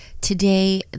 Today